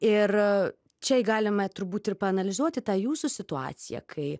ir čia galime turbūt ir paanalizuoti tą jūsų situaciją kai